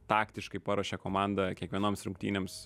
taktiškai paruošia komandą kiekvienoms rungtynėms